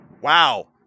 wow